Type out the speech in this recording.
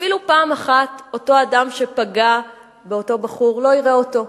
אפילו פעם אחת אותו אדם שפגע באותו בחור לא יראה אותו,